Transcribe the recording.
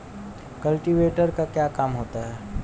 Cultivator का क्या काम होता है?